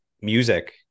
music